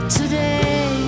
today